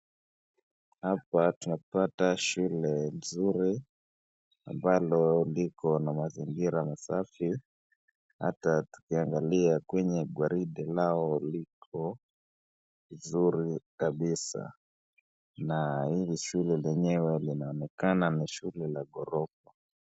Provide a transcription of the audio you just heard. Hapa tunapata shule nzuri, ambalo liko na mazingira masafi, hata tukiangalia kwenye gwaride lao, liko nzuri kabisa, na hili shule lenyewe linaonekana ni shule la ghorofa.